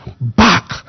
back